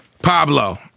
Pablo